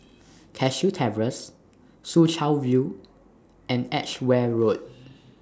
Cashew Terrace Soo Chow View and Edgeware Road